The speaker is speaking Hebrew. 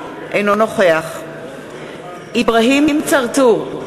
אינו נוכח אברהים צרצור,